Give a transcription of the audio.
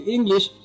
English